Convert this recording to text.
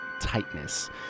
tightness